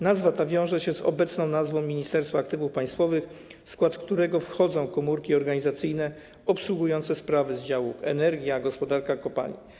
Nazwa ta wiąże się z obecną nazwą Ministerstwa Aktywów Państwowych, w skład którego wchodzą komórki organizacyjne obsługujące sprawy z działów: energia i gospodarka złożami kopalin.